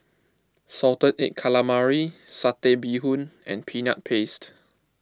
Salted Egg Calamari Satay Bee Hoon and Peanut Paste